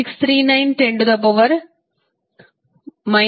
63910 16 coulomb ಪಡೆಯುತ್ತೀರಿ